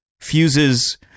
fuses